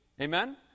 Amen